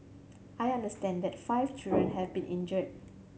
I understand that five children have been injured